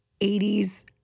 80s